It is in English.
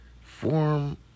form